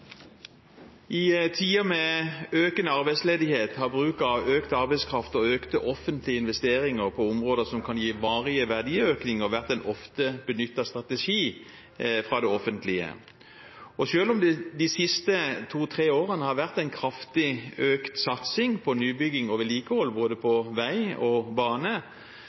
I tider med økende arbeidsledighet har bruk av økt arbeidskraft og økte offentlige investeringer på områder som kan gi varige verdiøkninger, vært en ofte benyttet strategi fra det offentlige. Selv om det de siste to–tre årene har vært en kraftig økt satsing på nybygging og vedlikehold både på vei og bane,